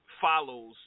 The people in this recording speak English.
follows